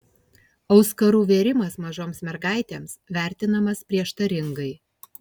auskarų vėrimas mažoms mergaitėms vertinamas prieštaringai